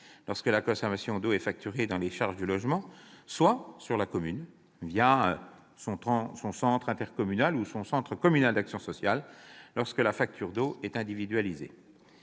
lorsque la consommation d'eau est facturée dans les charges du logement, soit sur la commune son centre communal d'action sociale, lorsque la facture d'eau est individualisée.